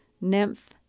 nymph